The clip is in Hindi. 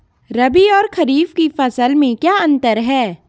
रबी और खरीफ की फसल में क्या अंतर है?